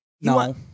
No